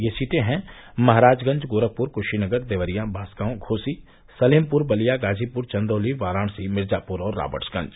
ये सीटें हैं महराजगंज गोरखपुर कूशीनगर देवरिया बांसगांव घोसी सलेमपुर बलिया गाजीपुर चन्दौली वाराणसी मिर्जापुर और रावर्ट्सगंज